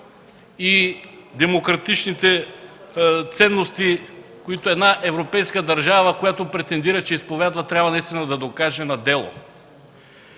и демократичните ценности, които една европейска държава, която претендира, че изповядва, трябва наистина да докаже на дело.